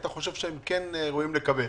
כי אתה חושב שהם ראויים לקבל.